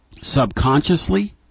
subconsciously